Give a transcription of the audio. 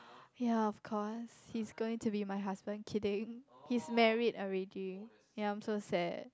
ya of course he's going to be my husband kidding he's married already ya I'm so sad